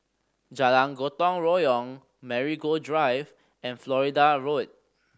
Jalan Gotong Royong Marigold Drive and Florida Road